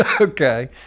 Okay